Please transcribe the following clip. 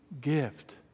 gift